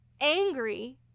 angry